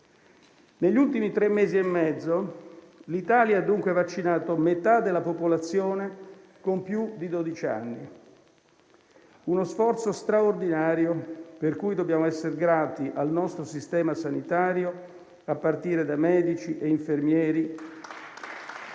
Negli ultimi tre mesi e mezzo l'Italia ha dunque vaccinato metà della popolazione con più di dodici anni; uno sforzo straordinario per cui dobbiamo essere grati al nostro sistema sanitario, a partire da medici e infermieri